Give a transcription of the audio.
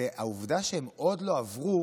והעובדה שהם עוד לא עברו